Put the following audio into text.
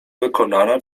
wykonana